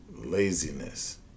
laziness